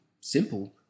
simple